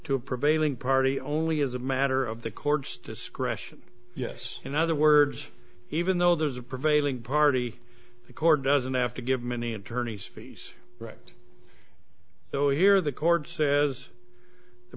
a prevailing party only as a matter of the court's discretion yes in other words even though there's a prevailing party the court doesn't have to give many attorneys fees right though here the court says the